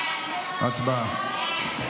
הצבעה.